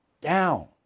down